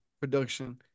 production